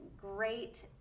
great